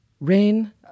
Rain